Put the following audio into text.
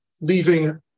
leaving